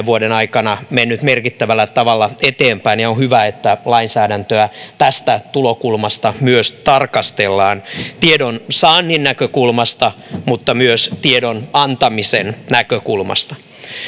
vuoden aikana mennyt merkittävällä tavalla eteenpäin ja on hyvä että lainsäädäntöä myös tästä tulokulmasta tarkastellaan tiedonsaannin näkökulmasta mutta myös tiedon antamisen näkökulmasta